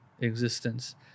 existence